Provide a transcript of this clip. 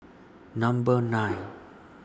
Number nine